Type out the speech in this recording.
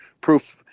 proof –